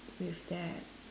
with that